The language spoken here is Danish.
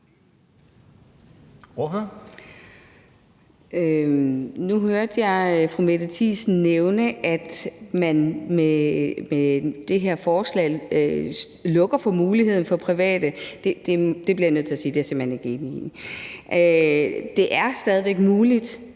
Nu hørte jeg fru Mette Thiesen nævne, at man med det her forslag lukker for muligheden for private, og der bliver jeg nødt til at sige, at det er jeg simpelt hen ikke enig i. Det er stadig væk muligt